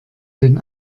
den